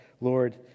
Lord